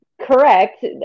Correct